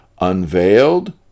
unveiled